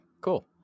Cool